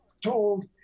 told